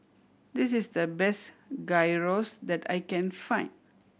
this is the best Gyros that I can find